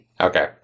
Okay